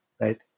right